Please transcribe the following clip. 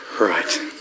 Right